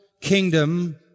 kingdom